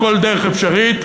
כל דרך אפשרית.